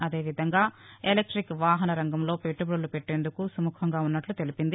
అదేవిధంగా ఎలక్షిక్ వాహన రంగంలో పెట్యబడులు పెట్టేందుకు సుముఖంగా ఉన్నట్లు తెలిపింది